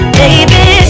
baby